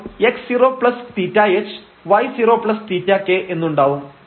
അപ്പോൾ x0θhy0θk എന്നുണ്ടാവും